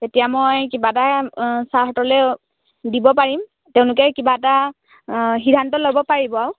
তেতিয়া মই কিবা এটা ছাৰহঁতলৈ দিব পাৰিম তেওঁলোকে কিবা এটা সিদ্ধান্ত ল'ব পাৰিব আৰু